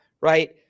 right